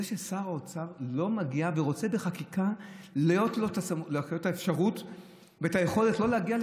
זה ששר האוצר לא מגיע ורוצה בחקיקה את האפשרות ואת היכולת לא להגיע,